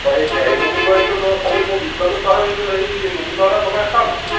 তাৰপৰা সেই কেৰাহীখনো লৈ আহিছোঁ তই খালী মই জুইশলাটো পাহৰি আহিলো এই নদী পাৰতে বনাই খাম আৰু